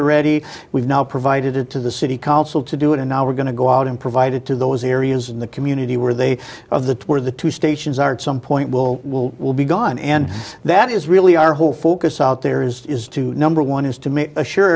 are ready we've now provided it to the city council to do it and now we're going to go out and provided to those areas in the community where they of the where the two stations are at some point will will will be gone and that is really our whole focus out there is is to number one is to me assure